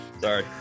Sorry